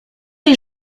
les